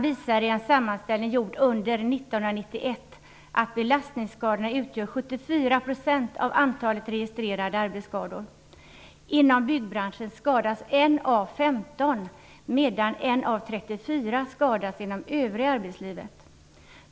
I en sammanställning gjord under 1991 visar Bygghälsan att belastningsskadorna utgör 74 % av antalet registrerade arbetsskador. Inom byggbranschen skadas 1 av 15 medan 1 av 34 skadas inom det övriga arbetslivet.